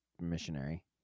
missionary